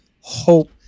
hope